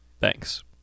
thanks